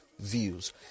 views